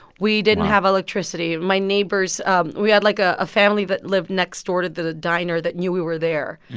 we didn't have electricity. my neighbors um we had, like, a ah family that lived next door to the diner that knew we were there.